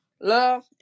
love